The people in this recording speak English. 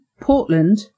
Portland